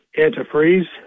anti-Freeze